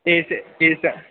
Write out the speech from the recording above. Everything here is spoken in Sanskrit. एषः एषः